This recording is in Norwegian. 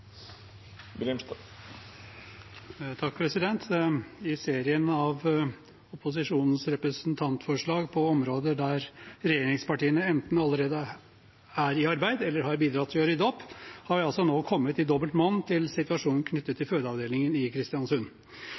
I serien av opposisjonens representantforslag på områder der regjeringspartiene enten allerede er i arbeid eller har bidratt til å rydde opp, har vi altså nå kommet – i dobbelt monn – til situasjonen knyttet til fødeavdelingen i Kristiansund.